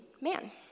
man